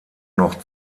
noch